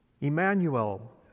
Emmanuel